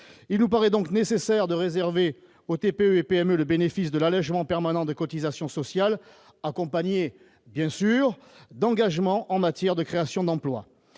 Il nous paraît donc nécessaire de réserver aux TPE et PME le bénéfice de l'allégement permanent de cotisations sociales, assorti, bien sûr, d'engagements en matière de création d'emplois.